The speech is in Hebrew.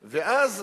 ואז,